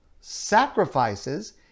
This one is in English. sacrifices